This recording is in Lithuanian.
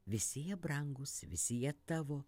visi jie brangūs visi jie tavo